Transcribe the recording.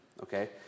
okay